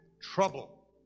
trouble